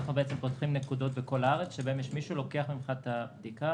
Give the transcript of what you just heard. אנחנו פותחים נקודות בכל הארץ שבהן יש מישהו שלוקח ממך את הבדיקה